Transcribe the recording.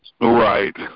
Right